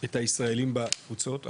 את הישראלים בתפוצות,